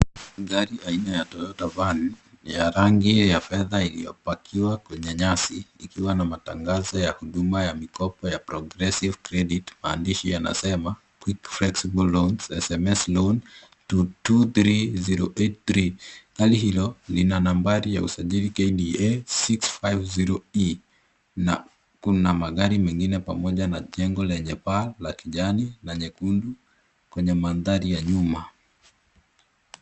Gari aina ya Toyota Van ya rangi ya fedha iliyopakiwa kwenye nyasi, ikiwa na matangazo ya huduma ya mikopo ya Progressive Credit , maandishi yanasema ‘Quick Flexible Loans, SMS LOAN 223083’ . Gari hilo lina nambari ya usajili KDA 650E na kuna magari mengine karibu nayo pamoja na jengo lenye paa la rangi ya kijani na nyekundu kwenye mandhari ya nyuma.